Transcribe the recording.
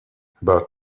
about